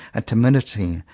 a timidity,